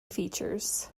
features